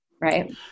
Right